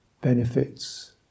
benefits